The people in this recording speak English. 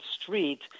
street